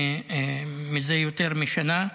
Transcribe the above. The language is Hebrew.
זה יותר משנה.